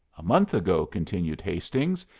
a month ago, continued hastings,